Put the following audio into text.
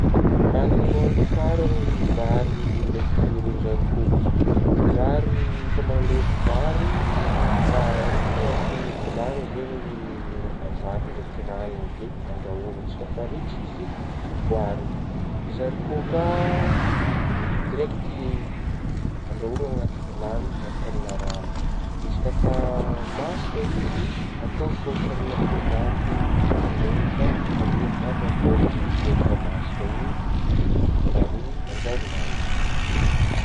Hanigny nohaniko faragny vary ndraiky ron-jarikô vary fomba nandrahoko vary narotsaka anaty vilagny zegny vary ndraiky ragnogny de andrahoagna, izy ka efa ritra izy ivoarigny ,zarikô ka direkty andrahoagna anaty vilany miaraka amin'gna rano ,izy ka efa masaka izy atao saosy amin'gna tômaty ndraiky megnaka avy eo avarigna akeo zarikô efa masaka io izy avy eo pare manjary hoagnigny.